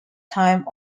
time